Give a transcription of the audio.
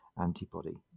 antibody